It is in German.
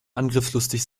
angriffslustig